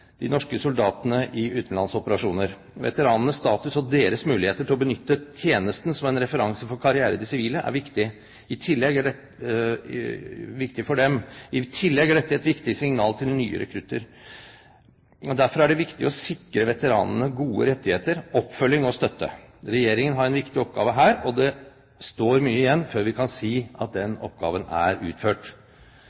de norske soldatene i utenlandsoperasjoner: Veteranenes status og deres mulighet til å benytte tjenesten som en referanse for karriere i det sivile er viktig for dem. I tillegg er dette et viktig signal til nye rekrutter. Derfor er det viktig å sikre veteranene gode rettigheter, oppfølging og støtte. Regjeringen har en viktig oppgave her, og det står mye igjen før vi kan si at